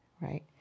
right